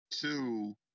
Two